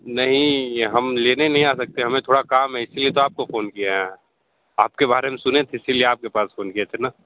नहीं ये हम लेने नहीं आ सकते हमें थोड़ा काम है इसलिए तो आपको फ़ोन किया है आप के बारे में सुने थे इसी लिए आपके पास फ़ोन किये थे ना